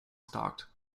stalked